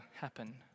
happen